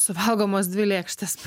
suvalgomos dvi lėkštės